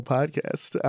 Podcast